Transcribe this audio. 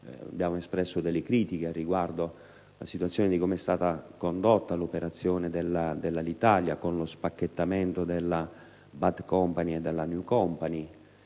abbiamo espresso delle critiche al riguardo - per come è stata condotta l'operazione Alitalia, con lo spacchettamento della *bad company* e della *new company*.